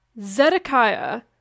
Zedekiah